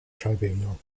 tribunal